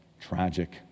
tragic